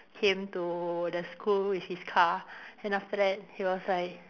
came to the school with his car then after he was like